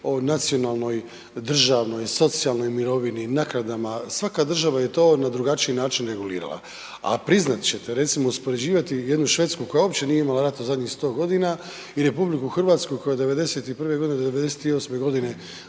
o nacionalnoj, državnoj, socijalnoj mirovini, naknadama, svaka država je to na drugačiji način regulirala. A priznat ćete recimo uspoređivati jednu Švedsku koja uopće nije imala rata u zadnjih 100 godina i RH koja '91. do '98. godine